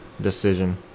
decision